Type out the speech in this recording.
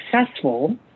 successful